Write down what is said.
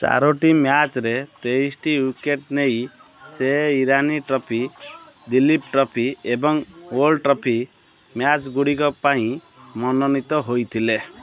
ଚାରୋଟି ମ୍ୟାଚ୍ରେ ତେଇଶିଟି ୱିକେଟ୍ ନେଇ ସେ ଇରାନୀ ଟ୍ରଫି ଦିଲୀପ୍ ଟ୍ରଫି ଏବଂ ୱର୍ଲଡ୍ ଟ୍ରଫି ମ୍ୟାଚ୍ଗୁଡ଼ିକ ପାଇଁ ମନୋନୀତ ହୋଇଥିଲେ